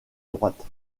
droite